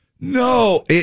no